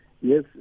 Yes